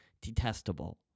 detestable